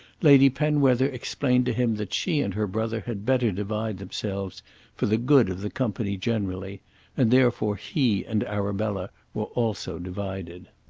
lady penwether explained to him that she and her brother had better divide themselves for the good of the company generally and therefore he and arabella were also divided.